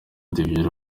vieira